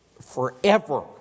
forever